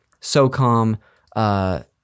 SOCOM